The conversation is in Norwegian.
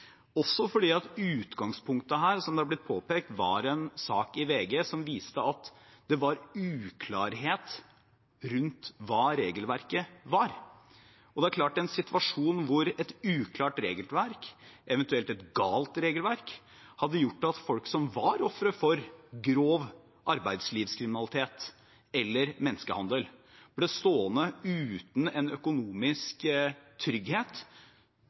også fordi utgangspunktet her – som det har blitt påpekt – var en sak i VG som viste at det var uklarhet rundt hva regelverket var. Det er klart at en situasjon hvor et uklart regelverk, eventuelt et galt regelverk, hadde gjort at folk som var ofre for grov arbeidslivskriminalitet eller menneskehandel ble stående uten en økonomisk trygghet,